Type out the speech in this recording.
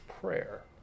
prayer